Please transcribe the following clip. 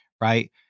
right